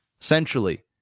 Essentially